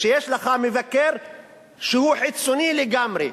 שיש לך מבקר שהוא חיצוני לגמרי.